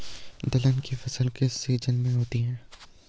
दलहन की फसल किस सीजन में होती है?